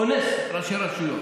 אונס ראשי רשויות